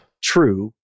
True